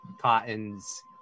cottons